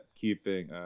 keeping